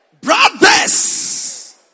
Brothers